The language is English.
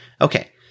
Okay